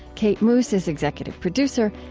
kate moos is executive producer.